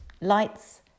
lights